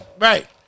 Right